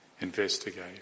investigate